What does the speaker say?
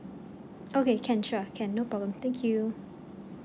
okay can sure can no problem thank you